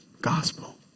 gospel